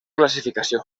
classificació